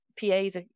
PAs